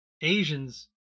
Asians